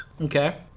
Okay